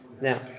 Now